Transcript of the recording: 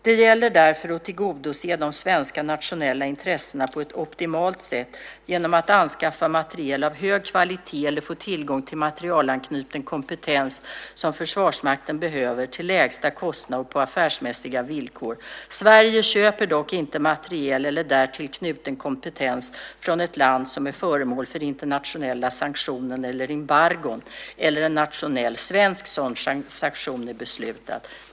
Det gäller därför att tillgodose de svenska nationella intressena på ett optimalt sätt genom att anskaffa materiel av hög kvalitet eller få tillgång till sådan materielanknuten kompetens som Försvarsmakten behöver, till lägsta kostnad och på affärsmässiga villkor. Sverige köper dock inte materiel eller därtill knuten kompetens från ett land som är föremål för internationella sanktioner eller embargon eller där en nationell svensk sanktion är beslutad.